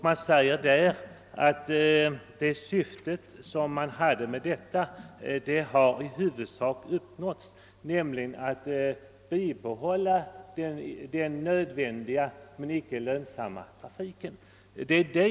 Det sades, att det syfte som man hade med förslaget i huvudsak uppnåtts, nämligen att bibehålla den nödvändiga men icke lönsamma trafiken.